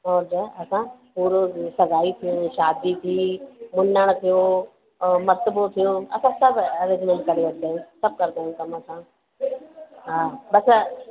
और ॿुधायो असां पूरो सगाई थिए शादी थी मुञण थियो और मतिबो थियो असां सभु अरेंजमेंट करे वठंदा आहियूं सभु करदा आहियूं कम असां हा बसि